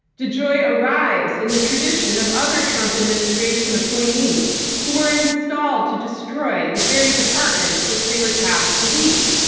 dejoy arrives in the tradition of other trump administration appointees who were installed to destroy the very departments which they were tasked to lead.